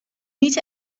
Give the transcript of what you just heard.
niet